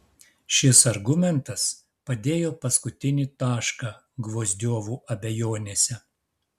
šis argumentas padėjo paskutinį tašką gvozdiovų abejonėse